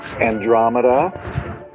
Andromeda